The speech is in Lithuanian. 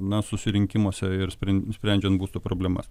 na susirinkimuose ir spren sprendžiant būsto problemas